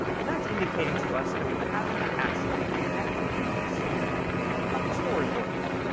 and that's indicating to us that we haven't actually connected these to anything on the storyboard yet.